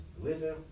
Living